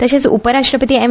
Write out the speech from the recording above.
तशेंच उपरराष्ट्रपती एम